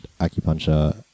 acupuncture